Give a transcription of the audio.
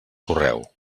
correu